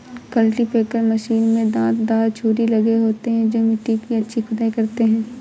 cultipacker machine में दांत दार छुरी लगे होते हैं जो मिट्टी की अच्छी खुदाई करते हैं